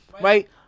right